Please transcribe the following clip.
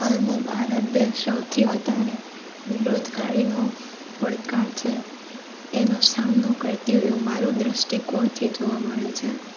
હાલમાં ભારત દેશ સૌથી વધારે બેરોજગારીનો પડકાર છે એનો સામનો કરતી હોય એવું મારુ દ્રષ્ટિકોણથી જોવા મળે છે